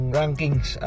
rankings